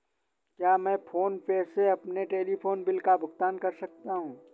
क्या मैं फोन पे से अपने टेलीफोन बिल का भुगतान कर सकता हूँ?